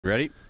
Ready